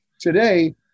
today